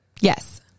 Yes